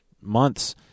months